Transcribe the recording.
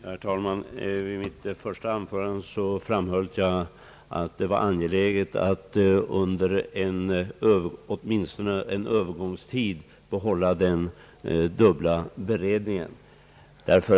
Herr talman! I mitt första anförande framhöll jag det angelägna i att åt minstone under en övergångstid behålla den dubbla beredningen.